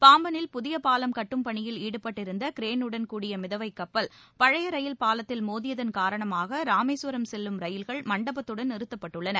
பாம்பனில் புதிய பாலம் கட்டும் பணியில் ஈடுபட்டிருந்த கிரேனுடன் கூடிய மிதவை கப்பல் பழைய ரயில் பாலத்தில் மோதியதன் காரணமாக ராமேஸ்வரம் செல்லும் ரயில்கள் மண்டபத்துடன் நிறுத்தப்பட்டுள்ளன